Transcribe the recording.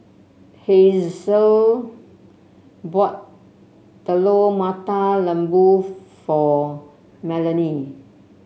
Hazle bought Telur Mata Lembu for Melany